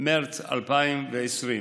מרץ 2020: